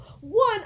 One